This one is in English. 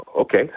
okay